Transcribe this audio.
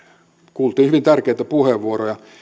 kuultiin hyvin tärkeitä puheenvuoroja